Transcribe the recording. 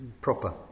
proper